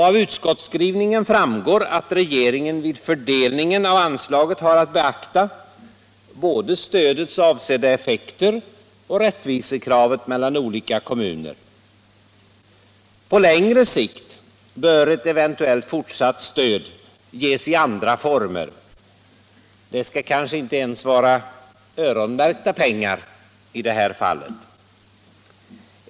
Av utskottsskrivningen framgår att regeringen vid fördelningen av anslaget har att beakta både stödets avsedda effekter och rättvisekravet mellan olika kommuner. På längre sikt bör ett eventuellt fortsatt statligt stöd ges i andra former. Det skall kanske inte ens vara öronmärkta pengar i det här fallet.